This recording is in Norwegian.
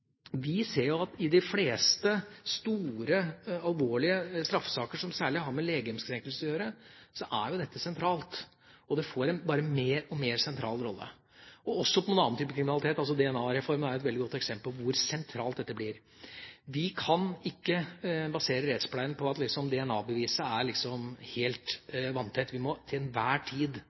i de fleste store, alvorlige straffesaker som særlig har med legemskrenkelse å gjøre, ser vi jo at dette er sentralt. Det får bare en mer og mer sentral rolle, også for en annen type kriminalitet. DNA-reformen er et veldig godt eksempel på hvor sentralt dette blir. Vi kan ikke basere rettspleien på at DNA-beviset er helt vanntett. Vi må til enhver tid